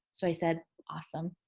so, i said, awesome,